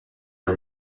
for